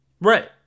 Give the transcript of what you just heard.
Right